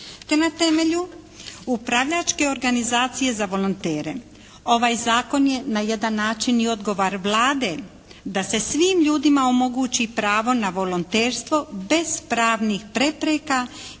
na temelju upravljačke organizacije za volontere. Ovaj zakon je na jedan način i odgovor Vlade da se svim ljudima omogući pravo na volonterstvo bez pravnih prepreka i